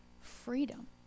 freedom